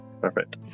Perfect